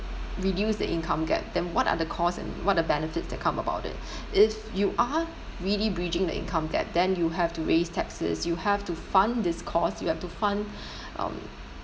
reduce the income gap then what are the cost and what are the benefits that come about it if you are really bridging the income gap then you have to raise taxes you have to fund this cause you have to fund um